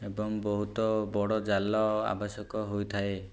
ଏବଂ ବହୁତ ବଡ଼ ଜାଲ ଆବଶ୍ୟକ ହୋଇଥାଏ